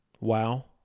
wow